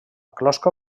closca